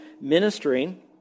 ministering